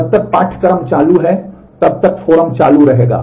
जब तक पाठ्यक्रम चालू है तब तक फोरम चालू रहेगा